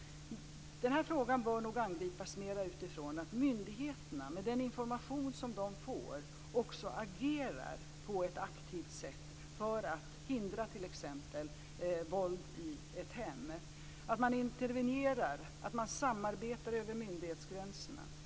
Denna fråga bör nog angripas mer utifrån att myndigheterna med den information som de får också agerar på ett aktivt sätt för att hindra t.ex. våld i ett hem, att man intervenerar, att man samarbetar över myndighetsgränserna.